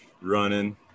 running